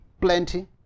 plenty